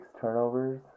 turnovers